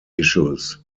issues